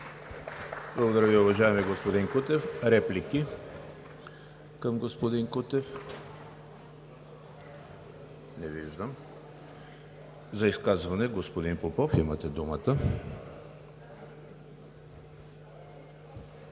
Благодаря Ви, уважаеми господин Кутев. Реплики към господин Кутев? Не виждам. За изказване – господин Попов, имате думата.